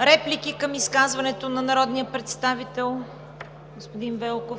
Реплики към изказването на народния представител?